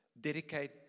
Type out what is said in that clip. dedicate